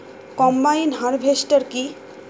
Combine harvester কি?